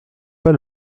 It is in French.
pas